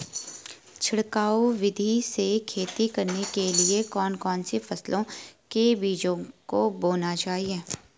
छिड़काव विधि से खेती करने के लिए कौन कौन सी फसलों के बीजों को बोना चाहिए?